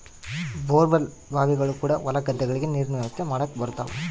bore well ಬಾವಿಗಳು ಕೂಡ ಹೊಲ ಗದ್ದೆಗಳಿಗೆ ನೀರಿನ ವ್ಯವಸ್ಥೆ ಮಾಡಕ ಬರುತವ